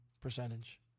percentage